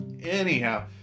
Anyhow